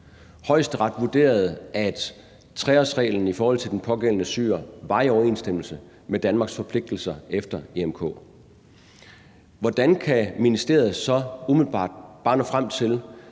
Højesteret vurderede, at 3-årsreglen i forhold til den pågældende syrer var i overensstemmelse med Danmarks forpligtelser efter EMRK. Hvordan kan ministeriet så umiddelbart bare nå frem til,